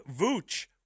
Vooch